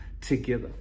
together